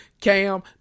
Cam